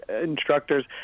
instructors